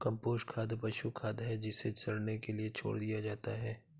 compost खाद पशु खाद है जिसे सड़ने के लिए छोड़ दिया जाता है